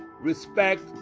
respect